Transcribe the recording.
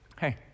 hey